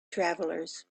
travelers